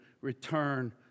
return